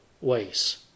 ways